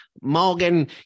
Morgan